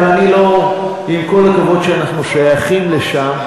אבל עם כל הכבוד לכך שאנחנו שייכים לשם,